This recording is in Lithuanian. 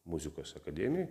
muzikos akademijoj